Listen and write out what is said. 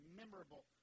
memorable